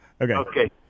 Okay